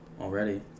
Already